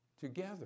together